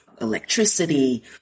electricity